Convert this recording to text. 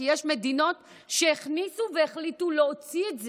כי יש מדינות שהכניסו והחליטו להוציא את זה.